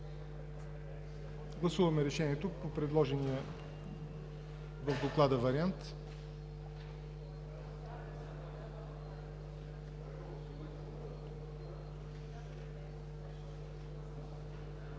Гласуваме решението по предложения в Доклада вариант.